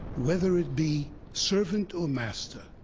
whether it be servant or master,